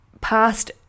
past